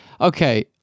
Okay